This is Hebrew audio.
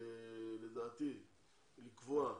לדעתי לקבוע,